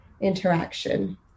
interaction